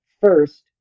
first